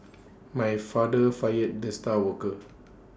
my father fired the star worker